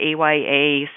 AYA